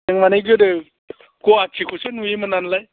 जों माने गोदो गुवाहाटी खौसो नुयोमोन नालाय